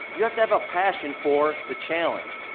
you have to have a passion for the challenge,